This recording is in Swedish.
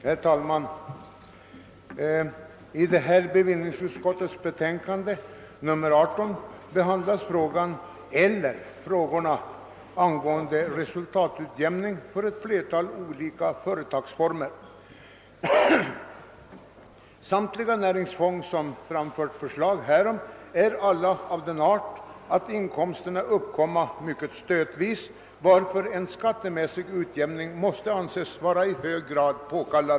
Herr talman! I bevillningsutskottets betänkande nr 18 behandlas frågan, eller frågorna, om resultatutjämning för ett flertal olika företagsformer. Samtliga näringsfång som framfört förslag härom är av den arten att inkomsterna uppkommer stötvis, varför en skattemässig utjämning måste anses vara i hög grad påkallad.